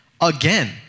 again